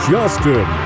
Justin